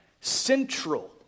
central